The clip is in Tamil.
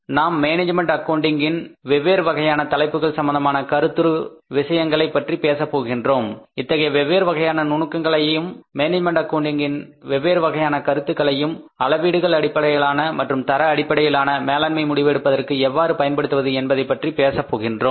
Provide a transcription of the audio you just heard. நாம் நாம் மேனேஜ்மென்ட் ஆக்கவுண்டிங் இன் வெவ்வேறு வகையான தலைப்புகள் சம்பந்தமான கருத்துரு விஷயங்களைப் பற்றி பேசப் போகின்றோம் அத்தகைய வெவ்வேறு வகையான நுணுக்கங்களையும் மேனேஜ்மென்ட் ஆக்கவுண்டிங் இன் வெவ்வேறு வகையான கருத்துக்களையும் அளவீடுகள் அடிப்படையிலான மற்றும் தர அடிப்படையிலான மேலாண்மை முடிவு எடுப்பதற்கு எவ்வாறு பயன்படுத்துவது என்பதைப் பற்றியும் பேசப் போகின்றோம்